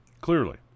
Clearly